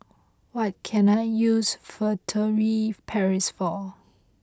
what can I use Furtere Paris for